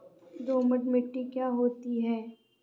दोमट मिट्टी क्या होती हैं?